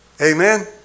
Amen